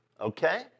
Okay